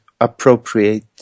appropriate